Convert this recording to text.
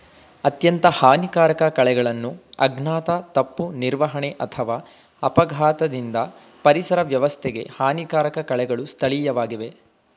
ಅತ್ಯಂತ ಹಾನಿಕಾರಕ ಕಳೆಗಳನ್ನು ಅಜ್ಞಾನ ತಪ್ಪು ನಿರ್ವಹಣೆ ಅಥವಾ ಅಪಘಾತದಿಂದ ಪರಿಸರ ವ್ಯವಸ್ಥೆಗೆ ಹಾನಿಕಾರಕ ಕಳೆಗಳು ಸ್ಥಳೀಯವಾಗಿವೆ